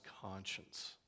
conscience